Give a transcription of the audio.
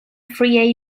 free